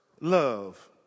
love